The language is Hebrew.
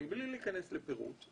מבלי להיכנס לפירוט,